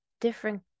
different